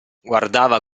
guardava